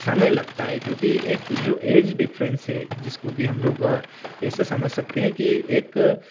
समय लगता है क्यूँकि एक जो ऐज डिफरेंस है जिसको कि हम लोग ऐसे समझ सकते हैं कि एक